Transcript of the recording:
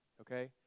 okay